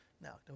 Now